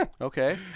okay